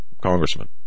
congressman